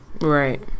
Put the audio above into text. Right